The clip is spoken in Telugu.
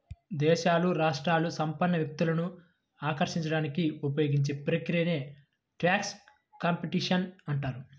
దేశాలు, రాష్ట్రాలు సంపన్న వ్యక్తులను ఆకర్షించడానికి ఉపయోగించే ప్రక్రియనే ట్యాక్స్ కాంపిటీషన్ అంటారు